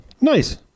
Nice